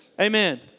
Amen